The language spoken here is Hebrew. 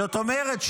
זאת אומרת,